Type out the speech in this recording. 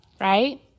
right